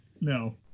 No